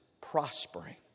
prospering